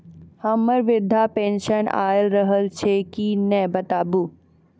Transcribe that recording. हमर वृद्धा पेंशन आय रहल छै कि नैय बताबू?